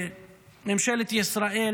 ממשלת ישראל